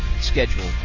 schedule